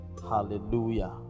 Hallelujah